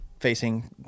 facing